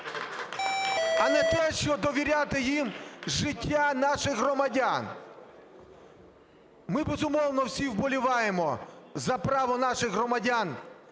а не те, що довіряти їм життя наших громадян. Ми, безумовно, всі вболіваємо за право наших громадян